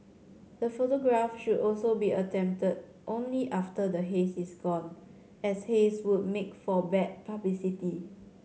the photograph should also be attempted only after the haze is gone as haze would make for bad publicity